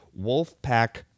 Wolfpack